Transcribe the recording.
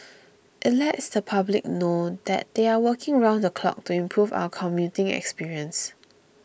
it lets the public know that they are working round the clock to improve our commuting experience